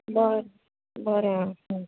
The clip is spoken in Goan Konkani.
बरें बरें आं